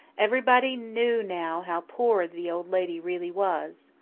everybody knew now how poor the old lady really was.